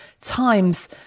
times